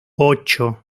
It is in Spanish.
ocho